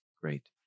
Great